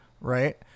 right